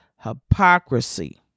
hypocrisy